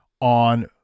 on